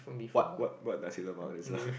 what what what Nasi-Lemak is